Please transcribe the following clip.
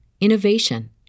innovation